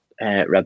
Red